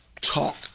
talk